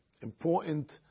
important